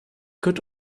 could